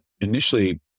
initially